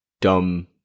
dumb